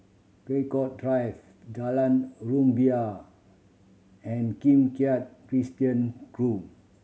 Draycott Drive Jalan Rumbia and Kim Keat Christian Grove